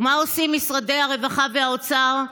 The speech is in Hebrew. ומה עושים משרדי הרווחה והאוצר?